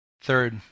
Third